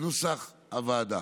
בנוסח הוועדה.